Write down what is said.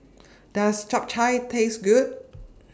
Does Japchae Taste Good